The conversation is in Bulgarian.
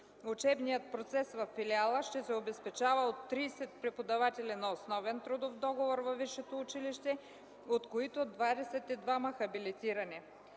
Учебният процес във филиала ще се обезпечава от 30 преподаватели на основен трудов договор във висшето училище, от които 22 хабилитирани.